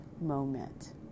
moment